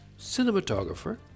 cinematographer